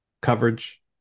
coverage